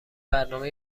برنامه